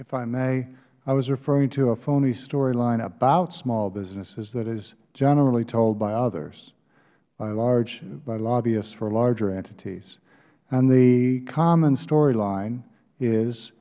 if i may i was referring to a phony story line about small businesses that is generally told by others by lobbyists for larger entities and the common story line is